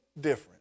different